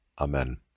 Amen